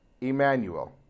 Emmanuel